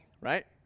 right